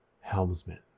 Helmsman